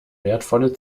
wertvolle